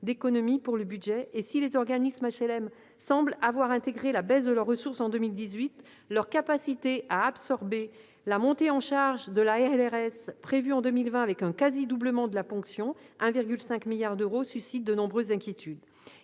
d'économies pour le budget. Si les organismes d'HLM semblent avoir intégré la baisse de leurs ressources en 2018, leur capacité à absorber la montée en charge de la RLS prévue en 2020, avec un quasi-doublement de la ponction- 1,5 milliard d'euros -, suscite de nombreuses inquiétudes.